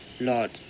Lord